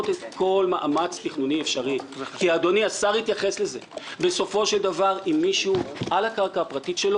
יושבת מאחור והיא יכולה לספר על הדברים האלה.